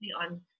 on